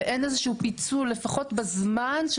ואין איזה שהוא פיצול לפחות בזמן,